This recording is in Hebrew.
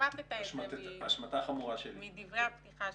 השמטה חמורה שלי.